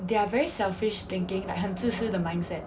they are very selfish thinking like 很自私的 mindset